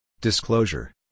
Disclosure